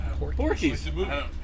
Porkies